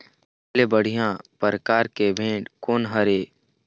सबले बढ़िया परकार के भेड़ कोन हर ये?